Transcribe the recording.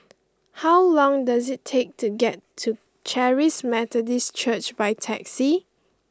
how long does it take to get to Charis Methodist Church by taxi